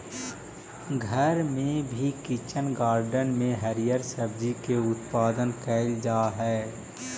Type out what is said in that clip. घर में भी किचन गार्डन में हरिअर सब्जी के उत्पादन कैइल जा हई